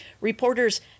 reporters